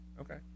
Okay